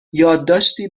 یادداشتی